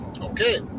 okay